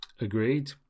Agreed